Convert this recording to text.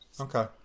Okay